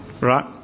Right